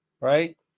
Right